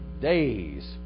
days